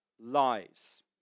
lies